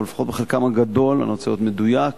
או לפחות בחלקם הגדול, אני רוצה להיות מדויק,